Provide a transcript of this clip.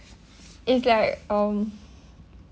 is like um